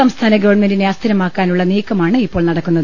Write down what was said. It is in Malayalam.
സംസ്ഥാന ഗവൺമെന്റിനെ അസ്ഥിരമാക്കാനുള്ള നീക്കമാണ് ഇപ്പോൾ നടക്കുന്നത്